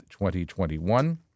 2021